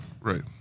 Right